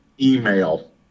email